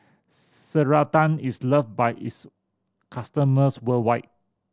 Ceradan is loved by its customers worldwide